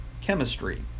chemistry